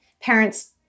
parents